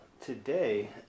today